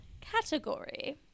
category